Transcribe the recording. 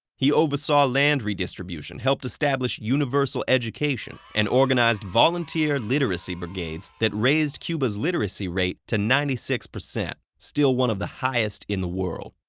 he oversaw land redistribution, helped established universal education, and organized volunteer literacy brigades that raised cuba's literacy rate to ninety six, still one of the highest in the world.